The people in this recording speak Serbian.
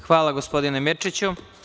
Hvala, gospodine Mirčiću.